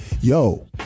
Yo